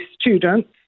students